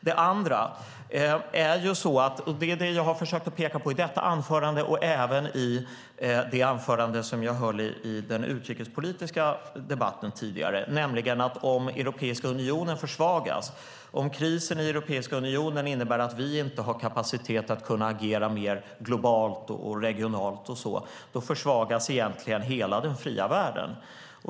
Jag har försökt peka på ytterligare en sak i detta anförande och även i det anförande som jag höll i den utrikespolitiska debatten tidigare, nämligen att om Europeiska unionen försvagas och om krisen i Europeiska unionen innebär att vi inte har kapacitet att agera mer globalt och regionalt så försvagas egentligen hela den fria världen.